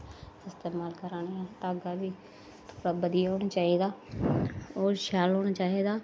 इस्तेमाल करा'रने धागा बी थोह्ड़ा बधिया होना चाहिदा होर शैल होना चाहिदा